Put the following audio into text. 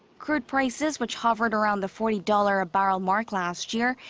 crude prices, which hovered around the forty dollar a barrel mark last year.